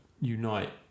unite